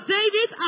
David